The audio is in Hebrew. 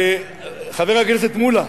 חבר הכנסת מולה,